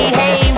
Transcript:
hey